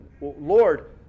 Lord